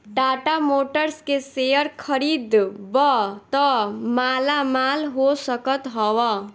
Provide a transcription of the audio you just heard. Tata Motors के share खरीदबअ त मालामाल हो सकत हवअ